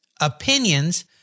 opinions